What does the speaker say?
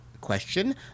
question